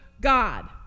God